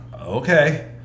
okay